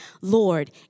Lord